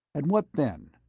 and what then?